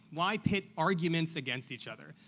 why pit arguments against each other?